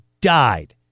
died